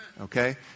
Okay